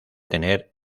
tener